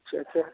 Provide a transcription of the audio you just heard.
अच्छा अच्छा